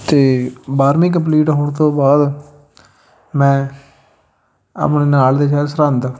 ਅਤੇ ਬਾਰਵੀਂ ਕੰਪਲੀਟ ਹੋਣ ਤੋਂ ਬਾਅਦ ਮੈਂ ਆਪਣੇ ਨਾਲ ਦੇ ਸ਼ਹਿਰ ਸਰਹਿੰਦ